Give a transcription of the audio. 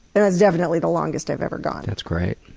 and is definitely the longest i've ever gone. that's great.